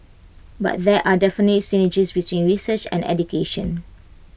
and there are definitely synergies between research and education